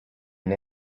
and